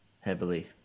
heavily